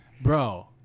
bro